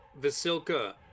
Vasilka